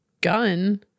gun